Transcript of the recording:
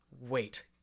Wait